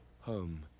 home